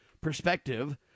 perspective